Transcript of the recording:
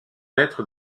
être